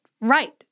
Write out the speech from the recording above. right